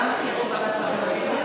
מסכימה לשבועיים דחייה.